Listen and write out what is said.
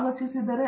professor